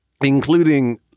including